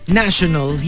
national